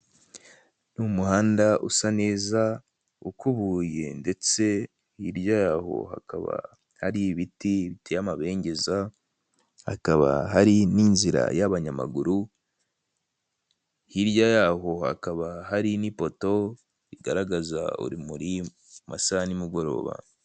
Ni umuhanda usa neza, ukubuye ndetse hirya yaho hakaba hari ibiti biteye amabengeza hakaba hari n'inzira ya abanyamaguru, hirya yaho hakaba hari n'ipoto rigaragaza urumuri mu masaha ya nimugoroba.